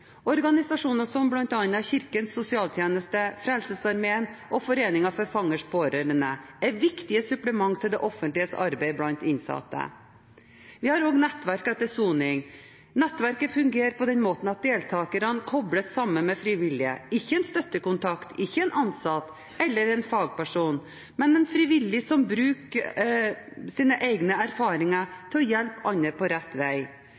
Organisasjoner som bl.a. Kirkens Sosialtjeneste, Frelsesarmeen og Foreningen for Fangers Pårørende er viktige supplement til det offentliges arbeid blant innsatte. Vi har også Nettverk etter soning. Nettverket fungerer på den måten at deltakerne kobles sammen med frivillige – ikke en støttekontakt, ikke en ansatt eller en fagperson, men en frivillig som bruker sine egne erfaringer til å hjelpe andre på rett vei.